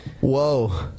Whoa